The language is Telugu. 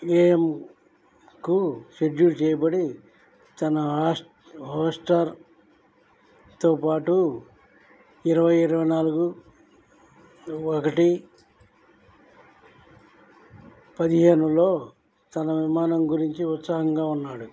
ఏఎమ్కు షెడ్యూల్ చేయబడి తన హాస్ట్ హోస్టార్తో పాటు ఇరవై ఇరవై నాలుగు ఒకటి పదిహేనులో తన విమానం గురించి ఉత్సాహంగా ఉన్నాడు